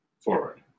forward